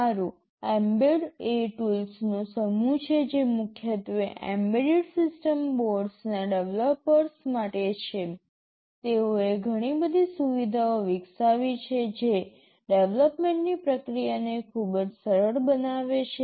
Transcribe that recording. સારું mbed એ ટૂલ્સનો સમૂહ છે જે મુખ્યત્વે એમ્બેડેડ સિસ્ટમ બોર્ડના ડેવલપર્સ માટે છે તેઓએ ઘણી બધી સુવિધાઓ વિકસાવી છે જે ડેવલપમેન્ટ ની પ્રક્રિયાને ખૂબ જ સરળ બનાવે છે